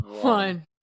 one